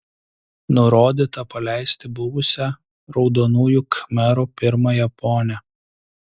nurodyta paleisti buvusią raudonųjų khmerų pirmąją ponią